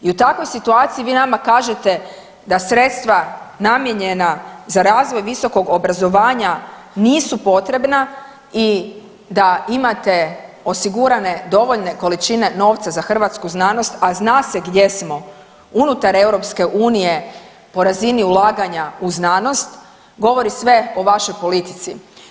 I u takvoj situaciji vi nama kažete da sredstva namijenjena za razvoj visokog obrazovanja nisu potrebna i da imate osigurane dovoljne količine novca za hrvatsku znanost, a zna se gdje smo unutar EU po razini ulaganja u znanost govori sve o vašoj politici.